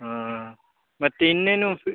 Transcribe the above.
ಹಾಂ ಮತ್ತೆ ಇನ್ನೇನು